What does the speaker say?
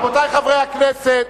רבותי חברי הכנסת,